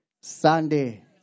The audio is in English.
Sunday